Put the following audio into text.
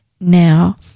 now